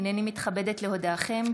הינני מתכבדת להודיעכם,